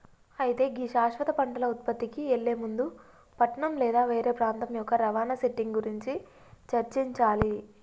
అయితే గీ శాశ్వత పంటల ఉత్పత్తికి ఎళ్లే ముందు పట్నం లేదా వేరే ప్రాంతం యొక్క రవాణా సెట్టింగ్ గురించి చర్చించాలి